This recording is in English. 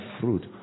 fruit